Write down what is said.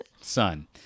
Son